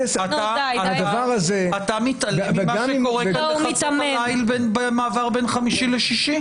אתה מתעלם ממה שקורה כאן בחצות הליל במעבר בין חמישי לשישי?